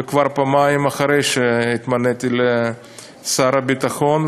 וכבר פעמיים אחרי שהתמניתי לשר הביטחון,